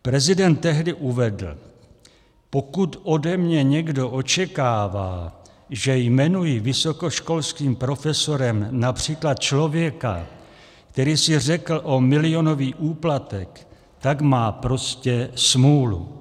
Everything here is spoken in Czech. Prezident tehdy uvedl: Pokud ode mě někdo očekává, že jmenuji vysokoškolským profesorem například člověka, který si řekl o milionový úplatek, tak má prostě smůlu.